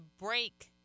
break